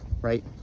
right